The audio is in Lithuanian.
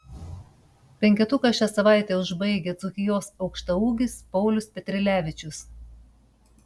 penketuką šią savaitę užbaigia dzūkijos aukštaūgis paulius petrilevičius